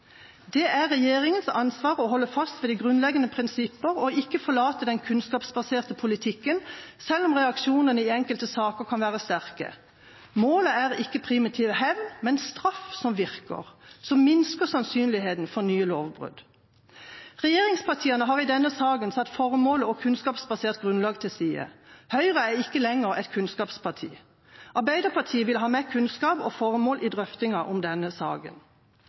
«Det er regjeringens ansvar å holde fast ved de grunnleggende prinsipper og ikke forlate den kunnskapsbaserte politikken selv om reaksjonene i enkelte saker kan være sterke. Målet er ikke primitiv hevn, men straff som virker – som minsker sannsynligheten for nye lovbrudd.» Regjeringspartiene har i denne saken satt formål og kunnskapsbasert grunnlag til side. Høyre er ikke lenger et kunnskapsparti. Arbeiderpartiet vil ha med kunnskap og formål i drøftinger om denne saken.